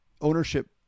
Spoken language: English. ownership